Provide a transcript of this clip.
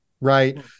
Right